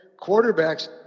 quarterbacks